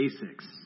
basics